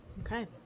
Okay